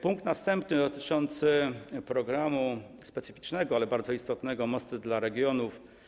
Punkt następny dotyczy programu specyficznego, ale bardzo istotnego „Mosty dla regionów”